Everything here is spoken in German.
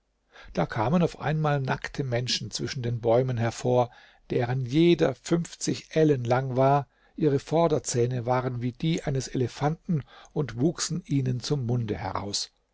da kamen auf einmal nackte menschen zwischen den bäumen hervor deren jeder fünfzig ellen lang war ihre vorderzähne waren wie die eines elefanten und wuchsen ihnen zum munde heraus